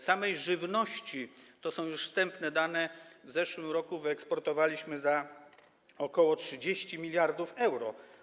Samej żywności, to są już wstępne dane, w zeszłym roku wyeksportowaliśmy za ok. 30 mld euro.